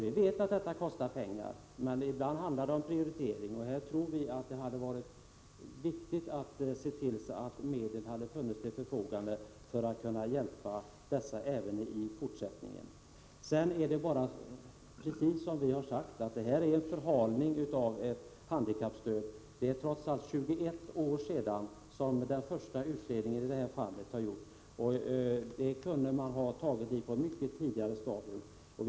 Vi vet att det kostar pengar, men ibland handlar det om prioriteringar, och här tror vi att det hade varit viktigt att se till att medel funnits till förfogande. Precis som vi har sagt, har det skett en förhalning av detta slags handikappstöd. Det är 21 år sedan som den första utredningen gjordes, och man kunde ha tagit tag i frågan på ett mycket tidigare stadium.